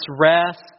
rest